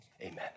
amen